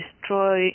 destroy